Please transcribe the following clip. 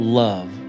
love